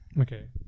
okay